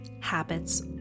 Habits